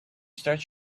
start